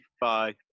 bye